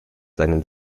seinen